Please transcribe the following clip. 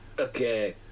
Okay